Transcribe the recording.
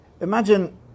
Imagine